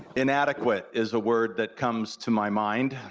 inadequate is a word that comes to my mind